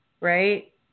right